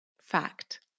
Fact